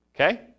okay